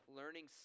learning